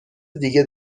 دیگه